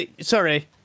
Sorry